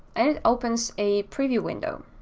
and it opens a preview window.